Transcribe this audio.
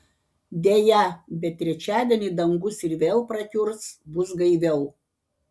deja bet trečiadienį dangus ir vėl prakiurs bus gaiviau